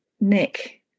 Nick